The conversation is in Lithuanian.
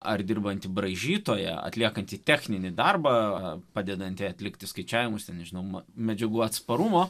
ar dirbanti braižytoja atliekantys techninį darbą padedanti atlikti skaičiavimus ir žinoma medžiagų atsparumo